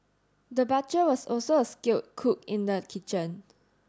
the was also a skilled cook in the kitchen